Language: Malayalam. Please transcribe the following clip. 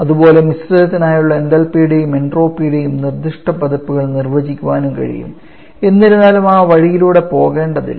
അതുപോലെ മിശ്രിതത്തിനായുള്ള എന്തൽപിയുടെയും എൻട്രോപ്പിയുടെയും നിർദ്ദിഷ്ട പതിപ്പുകൾ നിർവ്വചിക്കാനും കഴിയും എന്നിരുന്നാലും ആ വഴിയിലൂടെ പോകേണ്ടതില്ല